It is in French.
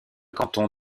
canton